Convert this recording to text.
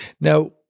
Now